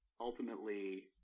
ultimately